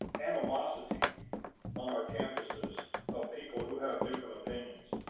animosity on our campuses of people who have different opinions.